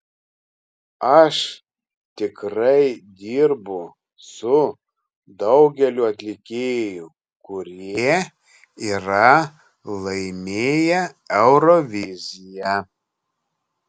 aš tikrai dirbu su daugeliu atlikėjų kurie yra laimėję euroviziją